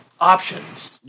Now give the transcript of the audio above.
Options